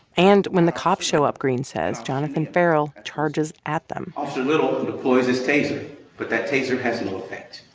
and when the cops show up, greene says, jonathan ferrell charges at them officer little deploys his taser but that taser has no